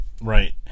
Right